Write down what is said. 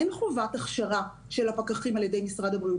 אין חובת הכשרה על ידי משרד הבריאות,